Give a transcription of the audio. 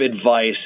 advice